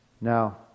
Now